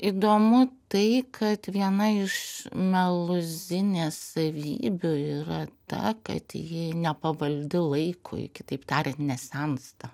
įdomu tai kad viena iš meluzinės savybių yra ta kad ji nepavaldi laikui kitaip tariant nesensta